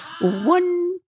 one